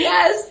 Yes